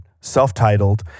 self-titled